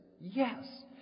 Yes